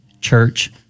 church